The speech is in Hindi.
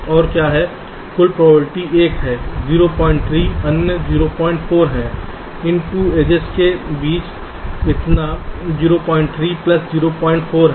और क्या है कुल प्रोबबिलिटी एक है03 अन्य 04 है इन 2 एजस के बीच इतना 03 प्लस 04 है